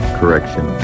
correction